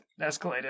escalated